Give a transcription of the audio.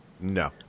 No